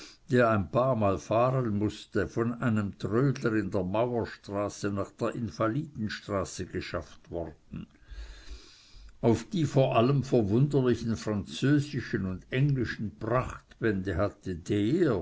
der ein paarmal fahren mußte von einem trödler in der mauerstraße nach der invalidenstraße geschafft wor den auf die vor allem verwunderlichen französischen und englischen prachtbände hatte der